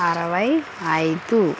అరవై ఐదు